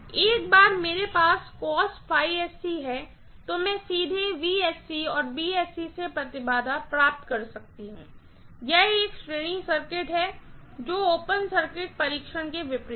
एक बार मेरे पास है मैं सीधे और सेइम्पीडेन्स प्राप्त कर सकती हूँ यह एक श्रेणी सर्किट है जो ओपन सर्किट परीक्षण के विपरीत है